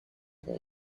they